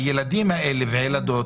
הילדים האלה והילדות,